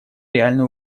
реальную